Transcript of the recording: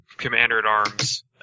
commander-at-arms